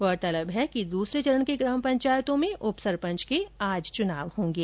गौरतलब है कि दूसरे चरण की ग्राम पंचायतों में उपसरपंच के आज चुनाव होंगे